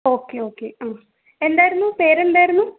okay okay ആ എന്തായിരുന്നു പേരെന്തായിരുന്നു